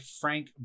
Frank